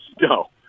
no